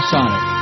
Sonic